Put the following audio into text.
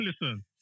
listen